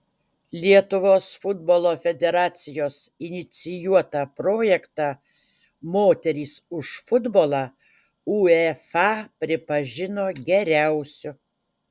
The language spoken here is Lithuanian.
lietuvos futbolo federacijos inicijuotą projektą moterys už futbolą uefa pripažino geriausiu